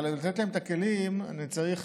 אבל כדי לתת להם את הכלים אני צריך